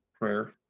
prayer